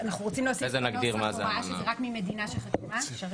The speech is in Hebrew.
אנחנו רוצים להוסיף הוראה שזה רק ממדינה שהיא חתומה?